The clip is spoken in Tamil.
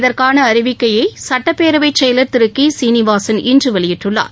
இதற்கான அறிவிக்கையை சுட்டப்பேரவை செயலர் திரு கி சீனிவாசன் இன்று வெளியிட்டுள்ளார்